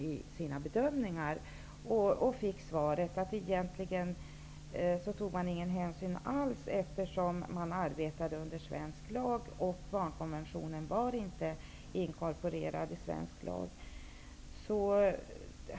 Man fick då svaret att nämnden egentligen inte tog någon hänsyn alls eftersom den arbetade under svensk lag, och barnkonventionen var inte inkorporerad i svensk lag.